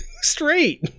straight